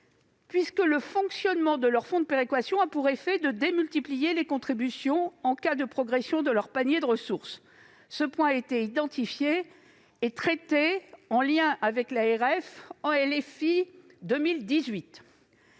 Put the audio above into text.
puisque le fonctionnement de leur fonds de péréquation a pour effet de démultiplier les contributions en cas de progression de leur panier de ressources. Ce point a été identifié et traité, en liaison avec l'ARF, dans